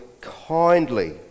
kindly